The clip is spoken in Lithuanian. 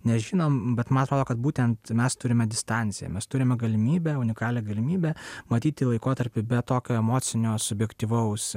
nežinom bet man atrodo kad būtent mes turime distanciją mes turime galimybę unikalią galimybę matyti laikotarpį be tokio emocinio subjektyvaus